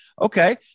Okay